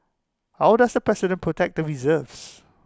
how does the president protect the reserves